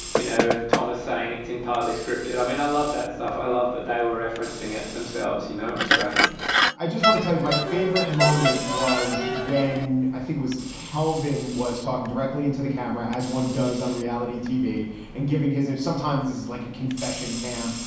you know, and tom is saying it's entirely scripted. i mean, i love that stuff. i love that they were referencing it themselves. you know, it was great and i just want to tell you, my favorite moment was when i think it was calvin was talking directly into the camera, as one does on reality tv and giving his sometimes this is like a confession cam.